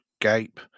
Gape